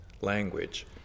language